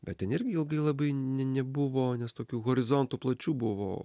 bet ten irgi ilgai labai ne nebuvo nes tokių horizontų plačių buvo